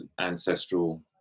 ancestral